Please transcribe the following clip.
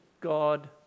God